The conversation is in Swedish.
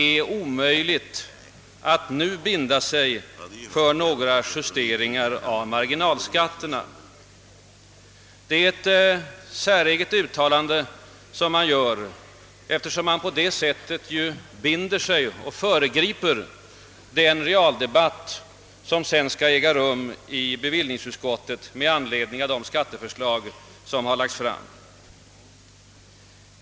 är omöjligt att »nu binda sig» för några justeringar av marginalskatterna. Det är ett säreget uttalande man gör, eftersom man på det sättet binder sig och föregriper den realdebatt som sedan skall äga rum i bevillningsutskottet med anledning av de skatteförslag som lagts fram.